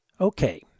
Okay